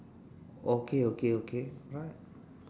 okay okay okay alright